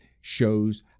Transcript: shows